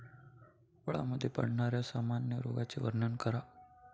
फळांमध्ये पडणाऱ्या सामान्य रोगांचे वर्णन करा